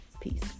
Peace